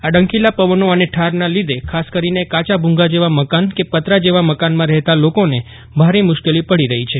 આ ડંખીલા પવનો અને ઠારના લીધે ખાસ કરીને કાયા ભૂંગા જેવા મકાન કે પતરા જેવા મકાનમાં રહેતા લોકોને ભારે મુશ્કેલી પડી રહી છે